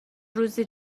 روزی